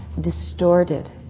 distorted